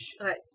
Right